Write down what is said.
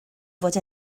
fod